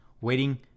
waiting